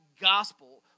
gospel